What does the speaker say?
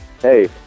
Hey